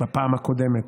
בפעם הקודמת.